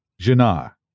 Jannah